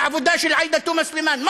על העבודה של עאידה תומא סלימאן,